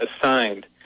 assigned